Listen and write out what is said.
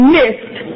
missed